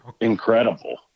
incredible